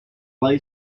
lay